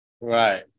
Right